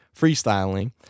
freestyling